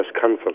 council